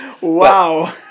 Wow